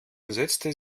setzte